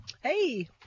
Hey